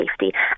safety